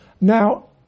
now